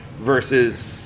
Versus